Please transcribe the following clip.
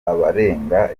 abarenga